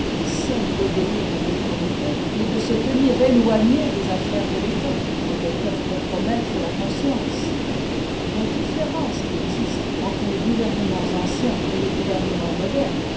celle d'obéir à l'autorité mais de se tenir éloigné des affaires de l'état quand elles peuvent compromettre la conscience la différence qui existe entre les gouvernements anciens et les gouvernements modernes